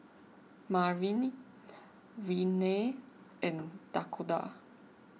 Marnie Renea and Dakoda